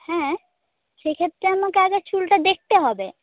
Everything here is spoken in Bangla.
হ্যাঁ সেক্ষেত্রে আমাকে আগে চুলটা দেখতে হবে